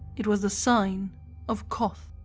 it was the sign of koth,